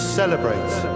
celebrate